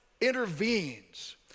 intervenes